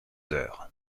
heures